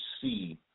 see